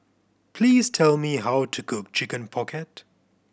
please tell me how to cook Chicken Pocket